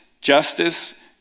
justice